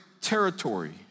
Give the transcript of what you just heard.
territory